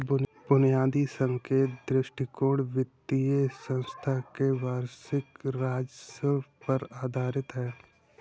बुनियादी संकेतक दृष्टिकोण वित्तीय संस्थान के वार्षिक राजस्व पर आधारित है